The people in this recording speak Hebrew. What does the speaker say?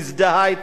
היא יושבת שם,